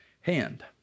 hand